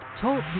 Talk